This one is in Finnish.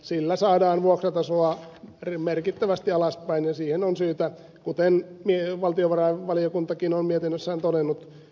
sillä saadaan vuokratasoa merkittävästi alaspäin ja siihen on syytä suuntautua kuten valtiovarainvaliokuntakin on mietinnössään todennut